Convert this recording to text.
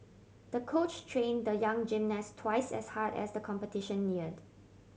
the coach train the young gymnast twice as hard as the competition neared